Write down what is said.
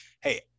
hey